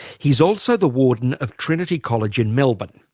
he's also the warden of trinity college in melbourne.